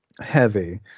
heavy